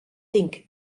think